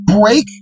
break